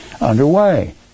underway